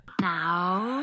now